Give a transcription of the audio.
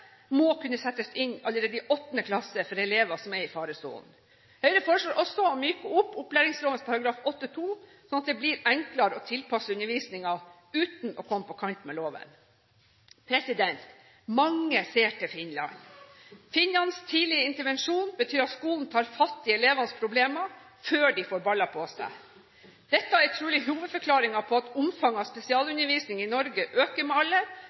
må kunne settes inn allerede i 8. klasse for elever som er i faresonen. Høyre foreslår også å myke opp opplæringsloven § 8-2, slik at det blir enklere å tilpasse undervisningen uten å komme på kant med loven. Mange ser til Finland. Finnenes tidlige intervensjon betyr at skolen tar fatt i elevenes problemer før det baller på seg. Dette er trolig hovedforklaringen på at omfanget av spesialundervisning i Norge øker med